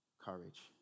courage